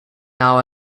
now